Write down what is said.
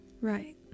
Right